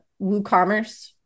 WooCommerce